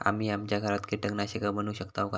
आम्ही आमच्या घरात कीटकनाशका बनवू शकताव काय?